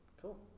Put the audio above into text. cool